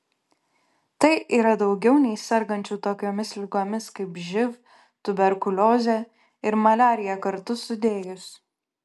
tai yra daugiau nei sergančių tokiomis ligomis kaip živ tuberkuliozė ir maliarija kartu sudėjus